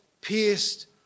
pierced